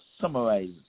summarize